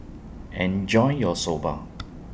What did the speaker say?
Enjoy your Soba